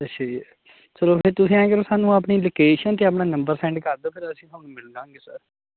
ਅੱਛਾ ਜੀ ਚਲੋ ਫਿਰ ਤੁਸੀਂ ਇਵੇਂ ਕਰੋ ਸਾਨੂੰ ਆਪਣੀ ਲੋਕੇਸ਼ਨ ਅਤੇ ਆਪਣਾ ਨੰਬਰ ਸੈਂਡ ਕਰ ਦਿਓ ਫਿਰ ਅਸੀਂ ਤੁਹਾਨੂੰ ਮਿਲ ਲਾਂਗੇ ਸਰ